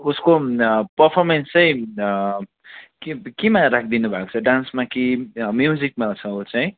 उसको पर्फर्मेन्स चाहिँ केमा केमा राखिदिनु भएको छ डान्समा कि म्युजिकमा छ ऊ चाहिँ